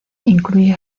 incluye